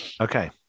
okay